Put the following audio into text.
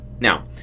now